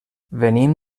venim